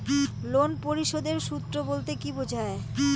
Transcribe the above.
Loan পরিশোধের সূএ বলতে কি বোঝায়?